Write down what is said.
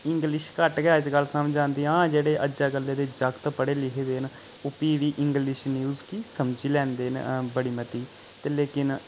English घट्ट गै अज्जकल समझ आंदी हां जेहड़े अज्ज कल्लै दे जागत पढ़े लिखे दे न ओह् फ्ही बी इंग्लिश न्यूज गी समझी लैंदे न बड़ी मती लेकिन